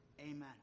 Amen